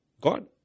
God